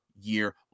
year